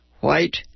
white